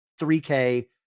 3k